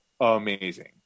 Amazing